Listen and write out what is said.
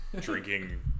drinking